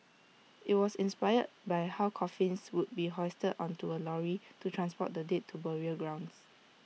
IT was inspired by how coffins would be hoisted onto A lorry to transport the dead to burial grounds